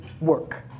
work